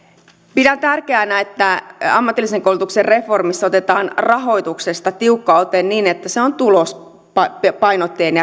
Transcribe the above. pidän tärkeänä että ammatillisen koulutuksen reformissa otetaan rahoituksesta tiukka ote niin että se on tulospainotteinen